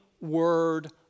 word